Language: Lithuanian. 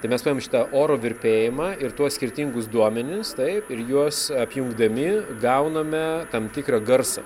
tai mes paimam šitą oro virpėjimą ir tuos skirtingus duomenis taip ir juos apjungdami gauname tam tikrą garsą